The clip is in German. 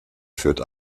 führt